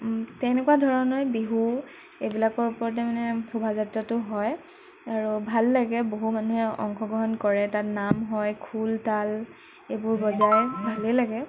তেনেকুৱা ধৰণৰে বিহু এইবিলাকৰ ওপৰতে মানে শোভাযাত্ৰাটো হয় আৰু ভাল লাগে বহু মানুহে মানে অংশগ্ৰহণ কৰে তাত নাম হয় খোল তাল এইবোৰ বজায় ভালেই লাগে